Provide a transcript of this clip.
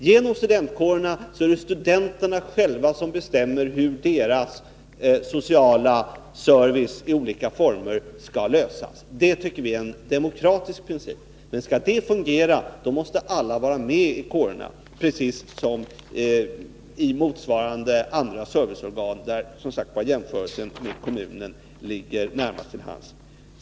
Genom studentkårerna är det studenterna själva som bestämmer hur deras sociala service i olika former skall lösas. Det tycker vi är en demokratisk princip. Men skall det fungera måste alla vara med i kårerna, precis som i andra motsvarande serviceorgan där jämförelsen med kommunen ligger närmast till hands.